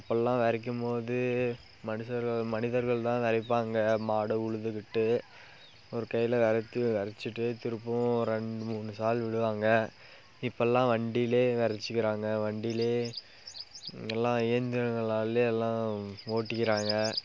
அப்பெல்லாம் வெதைக்கும்போது மனிசர்கள் மனிதர்கள்தான் வெதைப்பாங்க மாடை உழுதுகிட்டு ஒரு கையில் விதச்சிட்டு திருப்பவும் ரெண்டு மூணு சால் விடுவாங்க இப்பெல்லாம் வண்டியிலே வெதச்சிக்கிறாங்க வண்டியிலே எல்லாம் இயந்திரங்களாலே எல்லாம் ஓட்டிக்கிறாங்க